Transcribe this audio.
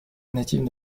native